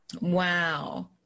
Wow